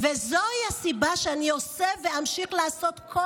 וזוהי הסיבה שאני עושה ואמשיך לעשות כל